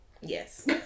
Yes